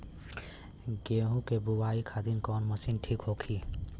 गेहूँ के बुआई खातिन कवन मशीन ठीक होखि?